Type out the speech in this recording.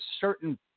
certain